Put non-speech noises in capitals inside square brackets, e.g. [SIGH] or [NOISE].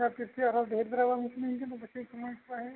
ᱟᱪᱪᱷᱟ ᱴᱷᱤᱠ ᱜᱮᱭᱟ ᱟᱨᱚ ᱰᱷᱮᱹᱨ ᱫᱷᱟᱨᱟ [UNINTELLIGIBLE] ᱥᱚᱢᱚᱭ ᱪᱟᱵᱟ ᱦᱮᱡ ᱠᱟᱱᱟ